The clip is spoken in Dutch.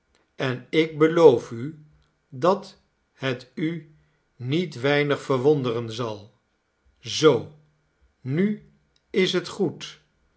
en ik beloof u dat het u niet weinig verwonderen zal zoo nu is het goed